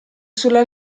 sulla